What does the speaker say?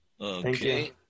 okay